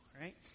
right